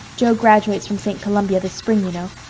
jo graduates from st. columbia this spring, you know.